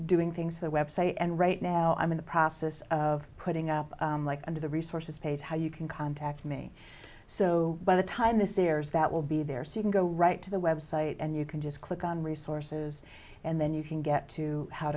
doing things the website and right now i'm in the process of putting up like under the resources page how you can contact me so by the time this airs that will be there so you can go right to the website and you can just click on resources and then you can get to how